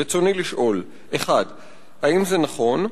רצוני לשאול: 1. האם נכון הדבר?